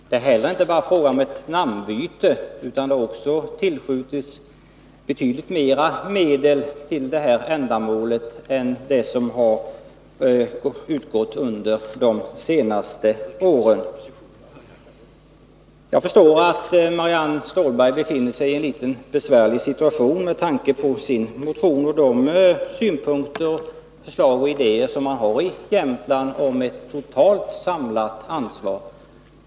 Det är inte bara fråga om ett namnbyte — det har också tillskjutits betydligt mera medel för detta ändamål än vad som har utgått under de senaste åren. Jag förstår att Marianne Stålberg befinner sig i en besvärlig situation, med tanke på hennes motion och de synpunkter, förslag och idéer som man har i Jämtland om ett totalt samlat anslag.